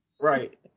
right